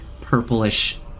purplish